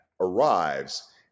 arrives